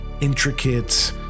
intricate